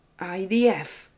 IDF